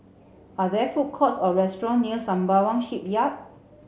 are there food courts or restaurants near Sembawang Shipyard